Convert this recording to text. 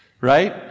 right